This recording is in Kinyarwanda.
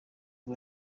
ngo